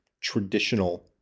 traditional